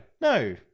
no